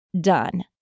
done